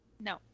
No